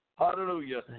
Hallelujah